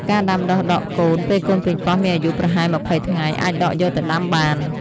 ការដាំដុះដកកូន ពេលកូនប៉េងប៉ោះមានអាយុប្រហែល ២០ ថ្ងៃ អាចដកយកទៅដាំបាន។